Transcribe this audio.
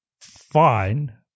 fine